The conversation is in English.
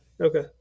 okay